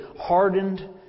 hardened